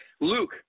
Luke